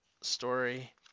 story